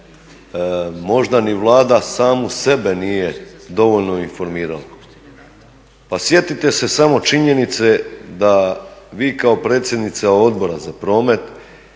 možda ni Vlada samu sebe nije dovoljno informirala. Pa sjetite se samo činjenice da vi kao predsjednica Odbora za promet